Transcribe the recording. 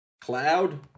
Cloud